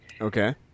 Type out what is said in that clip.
Okay